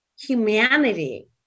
Humanity